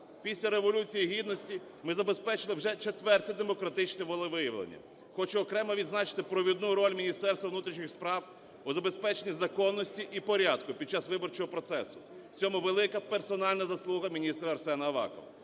Після Революції Гідності ми забезпечили вже четверте демократичне волевиявлення. Хочу окремо відзначити провідну роль Міністерства внутрішніх справ у забезпеченості законності і порядку під час виборчого процесу, в цьому велика персональна заслуга міністра Арсена Авакова.